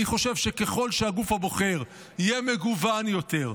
אני חושב שככל שהגוף הבוחר יהיה מגוון יותר,